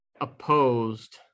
opposed